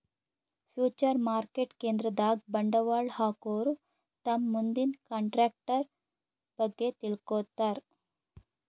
future market ಕೇಂದ್ರದಾಗ್ ಬಂಡವಾಳ್ ಹಾಕೋರು ತಮ್ ಮುಂದಿನ ಕಂಟ್ರಾಕ್ಟರ್ ಬಗ್ಗೆ ತಿಳ್ಕೋತಾರ್